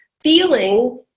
feeling